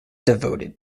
devoted